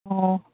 ꯑꯣ